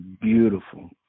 beautiful